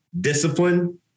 discipline